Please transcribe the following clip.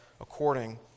according